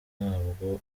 ntabwo